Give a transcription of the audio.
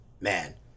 man